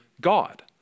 God